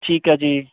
ਠੀਕ ਹੈ ਜੀ